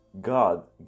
god